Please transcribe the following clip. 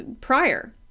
prior